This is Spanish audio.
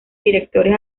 directores